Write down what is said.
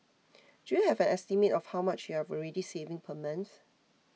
do you have an estimate of how much you're already saving per month